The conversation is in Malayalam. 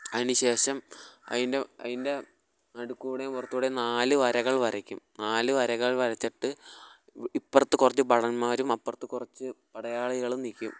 അതിന് ശേഷം അതിൻ്റെ അതിൻ്റെ നടുക്ക് കൂടെയും പുറത്തുകൂടെയും നാല് വരകൾ വരയ്ക്കും നാല് വരകൾ വരച്ചിട്ട് ഇപ്പുറത്തു കുറച്ച് ഭടന്മാരും അപ്പുറത്തു കുറച്ചു പടയാളികളും നിൽക്കും